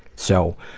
so